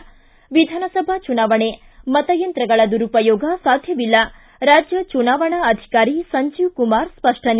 ಿ ವಿಧಾನಸಭಾ ಚುನಾವಣೆ ಮತಯಂತ್ರಗಳ ದುರುಪಯೋಗ ಸಾಧ್ಯವಿಲ್ಲ ರಾಜ್ಯ ಚುನಾವಣಾ ಅಧಿಕಾರಿ ಸಂಜೀವ್ ಕುಮಾರ್ ಸ್ವಷ್ಷನೆ